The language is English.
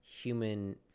human